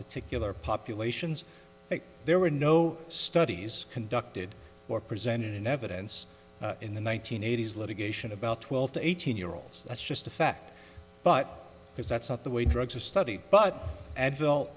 particular populations there were no studies conducted or presented in evidence in the one nine hundred eighty s litigation about twelve to eighteen year olds that's just a fact but because that's not the way drugs a study but advil